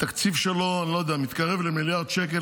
התקציב שלו מתקרב למיליארד שקל,